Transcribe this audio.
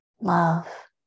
love